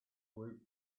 woot